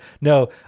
No